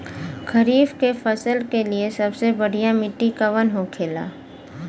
खरीफ की फसल के लिए सबसे बढ़ियां मिट्टी कवन होखेला?